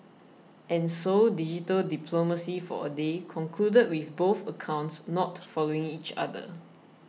and so digital diplomacy for a day concluded with both accounts not following each other